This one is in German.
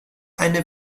eine